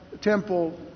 temple